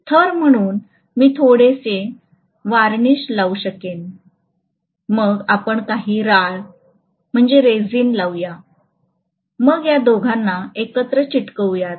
थर म्हणून मी थोडेसे वार्निश लावू शकेन मग आपण काही राळ लावू या मग या दोघांना एकत्र चिटकवूयात